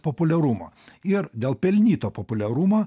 populiarumo ir dėl pelnyto populiarumo